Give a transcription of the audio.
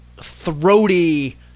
throaty –